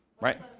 Right